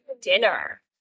Dinner